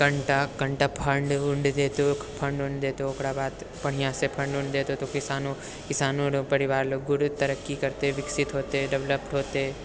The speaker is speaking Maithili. कनिटा कनिटा फण्ड उन्ड दैतौ फण्ड उन्ड देतौ ओकरा बाद बढ़िआँसँ फण्ड उन्ड देतौ तऽ किसानो किसानो रऽ परिवार लोग गुरु तरक्की करतै विकसित होतै डेवलप्ड होतै